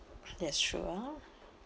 that's true ah